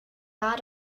war